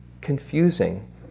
confusing